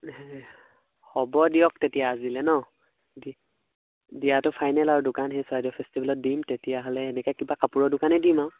হ'ব দিয়ক তেতিয়া আজিলে ন দিয়াটো ফাইনেল আৰু দোকান সেই চৰাইদেউ ফেষ্টিভেলত দিম তেতিয়াহ'লে এনেকে কিবা কাপোৰৰ দোকানেই দিম আৰু